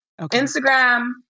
Instagram